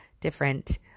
different